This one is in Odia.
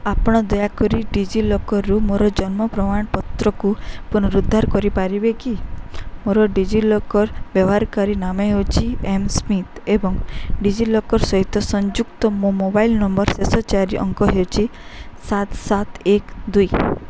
ଆପଣ ଦୟାକରି ଡିଜିଲକର୍ରୁ ମୋର ଜନ୍ମ ପ୍ରମାଣପତ୍ରକୁ ପୁନରୁଦ୍ଧାର କରିପାରିବେ କି ମୋର ଡିଜିଲକର୍ ବ୍ୟବହାରକାରୀ ନାମ ହେଉଛି ଏମାସ୍ମିଥ୍ ଏବଂ ଡିଜିଲକର୍ ସହିତ ସଂଯୁକ୍ତ ମୋ ମୋବାଇଲ୍ ନମ୍ବର୍ର ଶେଷ ଚାରି ଅଙ୍କ ହେଉଛି ସାତ ସାତ ଏକ ଦୁଇ